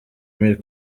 milles